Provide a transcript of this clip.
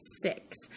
Six